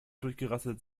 durchgerasselt